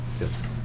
Yes